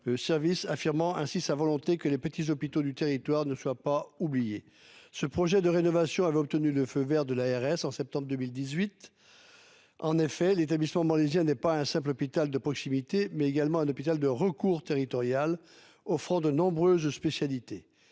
du service, affirmant ainsi sa volonté que les petits hôpitaux du territoire ne soient pas oubliés. Ce projet de rénovation avait obtenu le feu vert de l'agence régionale de santé (ARS) en septembre 2018. En effet, l'établissement morlaisien n'est pas un simple hôpital de proximité : il s'agit aussi d'un hôpital de recours territorial offrant de nombreuses spécialités,